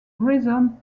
rhizome